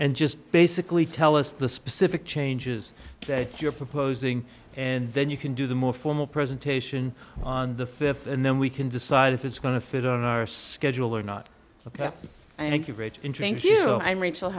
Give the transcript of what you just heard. and just basically tell us the specific changes that you're proposing and then you can do the more formal presentation on the fifth and then we can decide if it's going to fit on our schedule or not